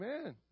Amen